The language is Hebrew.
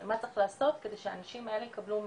ומה צריך לעשות כדי שהאנשים האלה יקבלו מענה.